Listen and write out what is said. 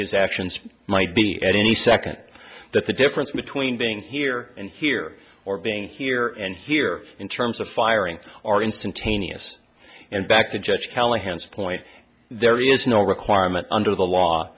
his actions might be any second that the difference between being here and here or being here and here in terms of firing our instantaneous and back to judge callahan's point there is no requirement under the law